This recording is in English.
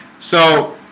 so